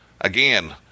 Again